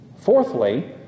Fourthly